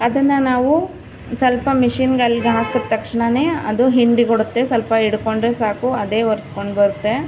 ಅದನ್ನು ನಾವೂ ಸ್ವಲ್ಪ ಮಿಷೀನ್ಗಳ್ಗೆ ಹಾಕಿದ ತಕ್ಷಣನೇ ಅದು ಹಿಂಡಿಕೊಡುತ್ತೆ ಸ್ವಲ್ಪ ಹಿಡಿಕೊಂಡ್ರೆ ಸಾಕು ಅದೇ ಒರೆಸ್ಕೊಂಡು ಬರುತ್ತೆ